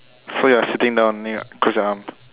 so you're sitting down then you close your arm